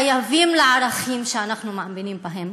חייבים לערכים שאנחנו מאמינים בהם,